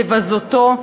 לבזותו,